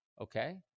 okay